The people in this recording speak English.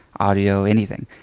audio, anything.